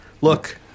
Look